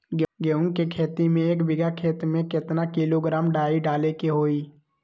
गेहूं के खेती में एक बीघा खेत में केतना किलोग्राम डाई डाले के होई?